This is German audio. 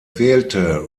wählte